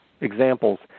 examples